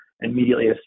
immediately